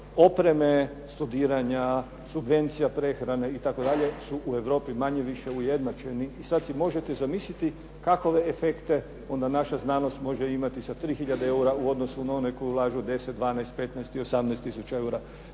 opreme, studiranja, subvencija prehrane itd. su u Europi manje-više ujednačeni. I sad si možete zamisliti kakove efekte onda naša znanost može imati sa 3 hiljade eura u odnosu na one koji ulažu 10, 12, 15 i 18 tisuća eura.